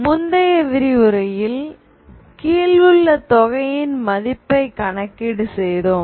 முந்தைய விரிவுரையில் கீழ் உள்ள தொகையின் மதிப்பை கணக்கீடு செய்தோம்